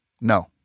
No